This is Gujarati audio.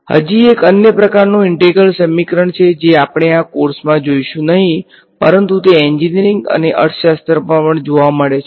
હજી એક અન્ય પ્રકારનું ઈન્ટેગ્રલ સમીકરણ છે જે આપણે આ કોર્સમાં જોઈશું નહીં પરંતુ તે એન્જિનિયરિંગ અને અર્થશાસ્ત્રમાં પણ જોવા મળે છે